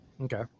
Okay